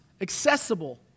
accessible